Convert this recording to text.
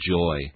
joy